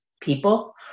people